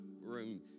room